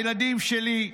הילדים שלי,